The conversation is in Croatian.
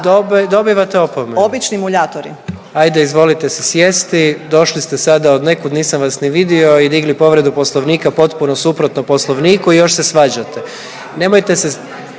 **Jandroković, Gordan (HDZ)** Ajde izvolite si sjesti, došli ste sada od nekud nisam vas vidio i digli povredu poslovnika potpuno suprotno poslovniku i još se svađate. Nemojte se,